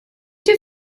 too